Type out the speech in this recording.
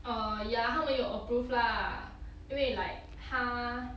err ya 他们有 approve lah 因为 like 他